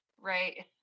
right